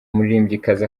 umuririmbyikazi